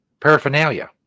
paraphernalia